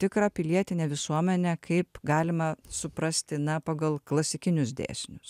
tikrą pilietinę visuomenę kaip galima suprasti na pagal klasikinius dėsnius